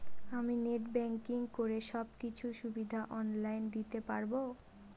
আমি net banking করে সব কিছু সুবিধা অন লাইন দিতে পারবো?